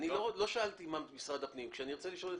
לא שאלתי מה משרד הפנים יכול לעשות.